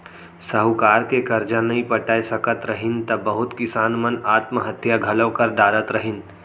साहूकार के करजा नइ पटाय सकत रहिन त बहुत किसान मन आत्म हत्या घलौ कर डारत रहिन